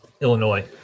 Illinois